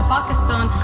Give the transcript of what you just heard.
Pakistan